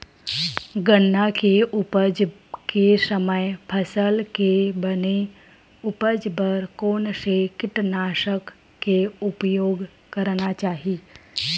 गन्ना के उपज के समय फसल के बने उपज बर कोन से कीटनाशक के उपयोग करना चाहि?